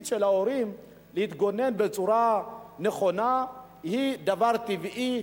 שלו להתגונן בצורה נכונה היא דבר טבעי,